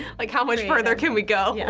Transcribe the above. like how much further can we go? yes.